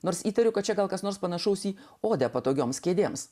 nors įtariu kad čia gal kas nors panašaus į odė patogioms kėdėms